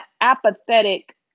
apathetic